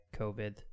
COVID